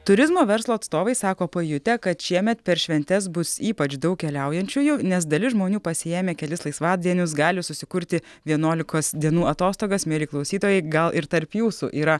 turizmo verslo atstovai sako pajutę kad šiemet per šventes bus ypač daug keliaujančiųjų nes dalis žmonių pasiėmę kelis laisvadienius gali susikurti vienuolikos dienų atostogas mieli klausytojai gal ir tarp jūsų yra